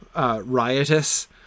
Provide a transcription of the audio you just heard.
Riotous